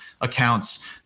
accounts